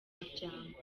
umuryango